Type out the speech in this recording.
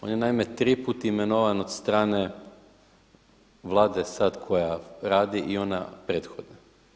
On je naime tri puta imenovan od strane Vlade sada koja radi i ona prethodna.